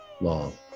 long